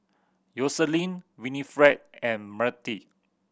Yoselin Winnifred and Myrtie